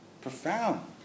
Profound